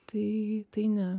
tai tai ne